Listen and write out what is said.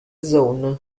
zone